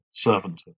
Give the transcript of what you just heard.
servanthood